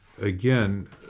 again